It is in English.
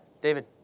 David